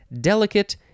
Delicate